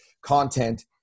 content